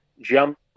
jump